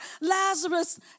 Lazarus